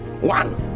One